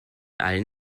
allen